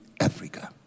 Africa